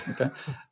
Okay